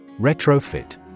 Retrofit